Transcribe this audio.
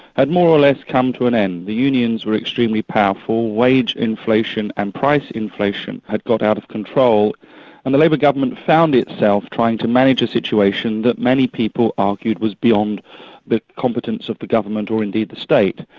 had more or less come to an end. the unions were extremely powerful, wage inflation and price inflation had got out of control and the labour government found itself trying to manage a situation that many people argued was beyond the competence of the government, or indeed the state.